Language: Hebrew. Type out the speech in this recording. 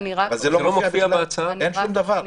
זה לא מופיע, אין שום דבר.